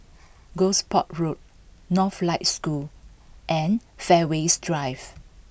Gosport Road Northlight School and Fairways Drive